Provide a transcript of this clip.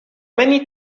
many